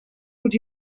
would